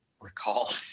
recall